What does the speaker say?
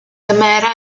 gymera